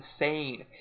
insane